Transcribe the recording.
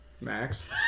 Max